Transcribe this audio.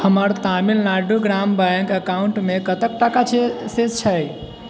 हमर तामिलनाडु ग्राम बैङ्क एकाउन्टमे कतेक टाका छै शेष छै